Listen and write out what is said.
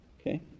Okay